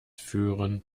führen